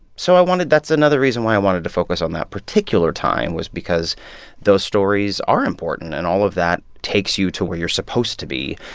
so i wanted that's another reason why i wanted to focus on that particular time, was because those stories are important, and all of that takes you to where you're supposed to be.